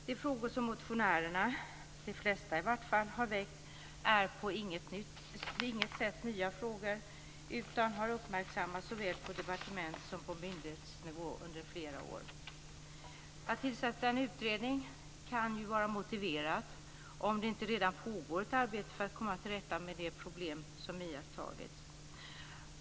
De frågor som motionärerna, i vart fall de flesta, har väckt är på inget sätt nya frågor utan har uppmärksammats såväl på departements som på myndighetsnivå under flera år. Att tillsätta en utredning kan ju vara motiverat om det inte redan pågår ett arbete för att komma till rätta med de problem som iakttagits.